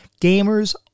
Gamers